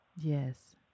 Yes